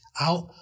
out